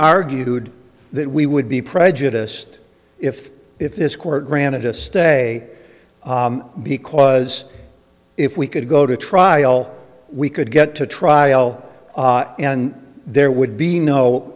argued that we would be prejudiced if if this court granted a stay because if we could go to trial we could get to trial and there would be no